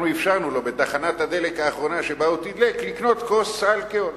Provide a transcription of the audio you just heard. אנחנו אפשרנו לו בתחנת הדלק האחרונה שבה הוא תדלק לקנות כוס אלכוהול.